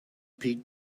pete